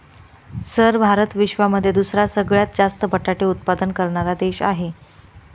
sir Bharat विश्वामध्ये दुसरा सगळ्यात जास्त बटाटे उत्पादन करणारा देश आहे